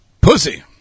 pussy